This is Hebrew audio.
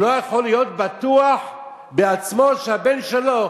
הוא לא יכול להיות בטוח בעצמו אם הבן שלו